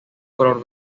color